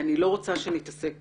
אני לא רוצה שנתעסק